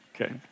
Okay